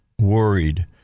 worried